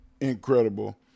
incredible